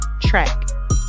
Track